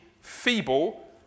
feeble